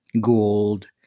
gold